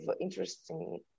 interesting